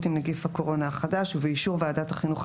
עם נגיף הקורונה החדש ובאישור ועדת החינוך,